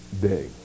day